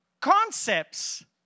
Concepts